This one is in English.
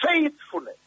Faithfulness